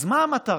אז מה המטרה?